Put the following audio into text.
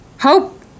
hope